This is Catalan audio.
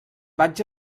vaig